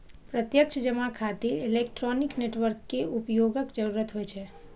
प्रत्यक्ष जमा खातिर इलेक्ट्रॉनिक नेटवर्क के उपयोगक जरूरत होइ छै